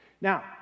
Now